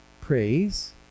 praise